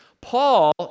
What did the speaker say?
Paul